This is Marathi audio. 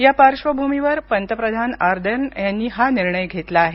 या पार्बंभूमीवर पंतप्रधान आर्देन यांनी हा निर्णय घेतला आहे